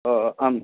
ओ ओ अहं